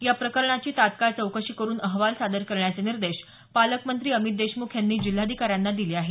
या प्रकरणाची तात्काळ चौकशी करून अहवाल सादर करण्याचे निर्देश पालकमंत्री अमित देशमुख यांनी जिल्हाधिकाऱ्यांना दिले आहेत